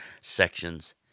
sections